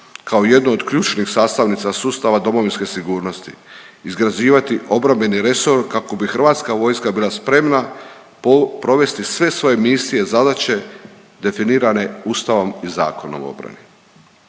kao jednu od ključnih sastavnica sustava domovinske sigurnosti, izgrađivati obrambeni resor kako bi hrvatska vojska bila spremna provesti sve svoje misije, zadaće, definirane Ustavom i Zakonom o obrani.